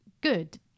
good